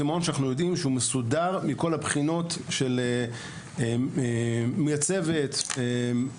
זה מעון שאנחנו יודעים שהוא מסודר מכל הבחינות של ניהול צוות בטיחותי,